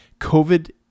COVID